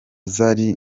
zari